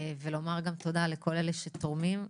ולומר גם תודה לכל אלה שתורמים,